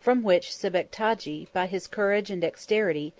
from which sebectagi, by his courage and dexterity,